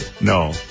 No